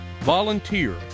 volunteer